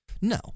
No